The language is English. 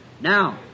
Now